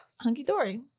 hunky-dory